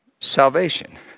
salvation